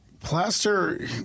Plaster